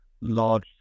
large